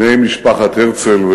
בני משפחת הרצל,